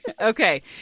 Okay